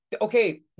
okay